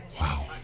Wow